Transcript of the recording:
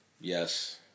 yes